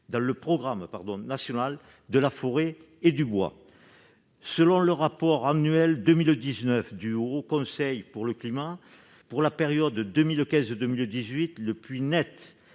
dans le programme national de la forêt et du bois. Selon le rapport annuel 2019 du Haut Conseil pour le climat, pour la période 2015-2018, le puits net